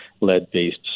lead-based